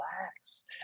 relax